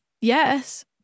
yes